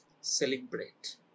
celebrate